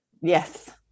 yes